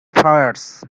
farce